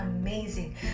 amazing